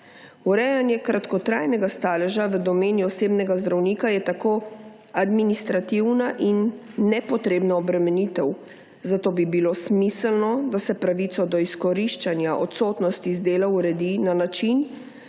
Urejanje kratkotrajnega staleža v domeni osebnega zdravnika je tako administrativna in nepotrebna obremenitev. Zato bi bilo smiselno, da se pravico do izkoriščenja odsotnosti z dela uredi na način,